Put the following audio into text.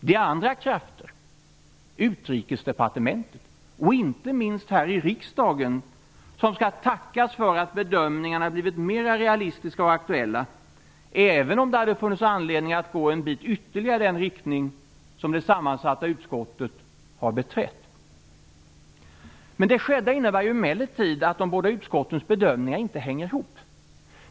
Det är andra krafter - på Utrikesdepartementet och inte minst här i riksdagen - som skall tackas för att bedömningarna har blivit mera realistiska och aktuella, även om det hade funnits anledning att gå ytterligare en bit i den riktning som det sammansatta utskottet har hållit sig till. Det skedda innebär emellertid att de båda utskottens bedömningar inte hänger ihop.